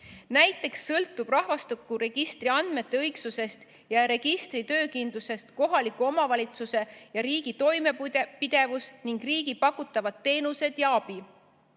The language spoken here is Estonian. Näiteks sõltuvad rahvastikuregistri andmete õigsusest ja registri töökindlusest kohaliku omavalitsuse ja riigi toimepidevus ning riigi pakutavad teenused ja abi.